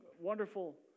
wonderful